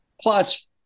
Plus